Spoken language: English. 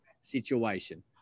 situation